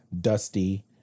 dusty